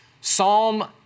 Psalm